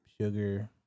sugar